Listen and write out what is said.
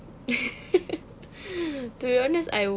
to be honest I